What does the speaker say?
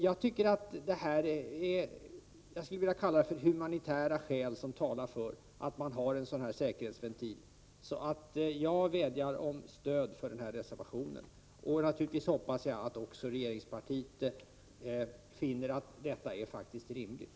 Jag anser att det finns humanitära skäl som talar för att det finns en sådan här säkerhetsventil. Jag vädjar om stöd för reservation nr 1. Jag hoppas naturligtvis också att regeringspartiet finner att detta är rimligt.